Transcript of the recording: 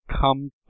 come